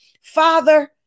Father